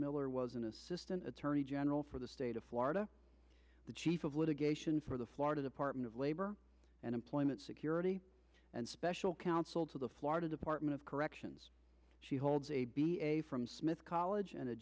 miller was an assistant attorney general for the state of florida the chief of litigation for the florida department of labor and employment security and special counsel to the florida department of corrections she holds a b a from smith college and a